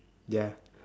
ya